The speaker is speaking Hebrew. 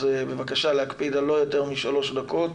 אז בבקשה להקפיד על לא יותר משלוש דקות